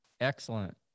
excellent